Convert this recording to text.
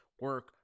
Work